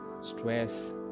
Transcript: stress